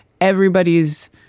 everybody's